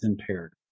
impaired